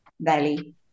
valley